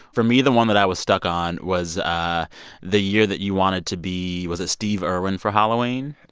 for me, the one that i was stuck on was ah the year that you wanted to be was it steve irwin for halloween?